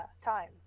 time